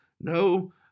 no